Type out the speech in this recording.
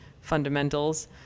fundamentals